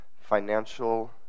financial